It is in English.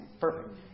Perfect